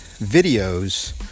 videos